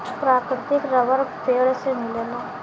प्राकृतिक रबर पेड़ से मिलेला